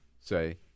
say